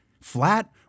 flat